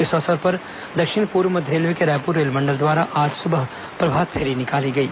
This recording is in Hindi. इस अवसर पर दक्षिण पूर्व मध्य रेलवे के रायपुर रेलमंडल द्वारा आज सुबह प्रभातफेरी निकाली गई